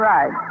Right